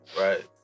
Right